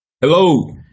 Hello